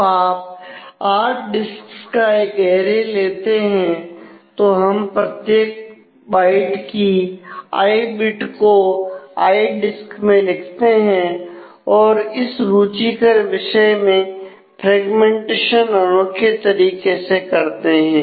तो आप 8 डिस्क्स का एक ऐरे लेते हैं तो हम प्रत्येक बाइट की आई डिस्क में लिखते हैं और इस रुचिकर विषय में फ्रेगमेंटेशन अनोखे तरीके में करते हैं